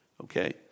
Okay